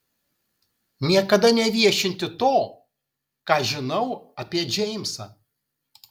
niekada neviešinti to ką žinau apie džeimsą